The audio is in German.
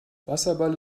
wasserball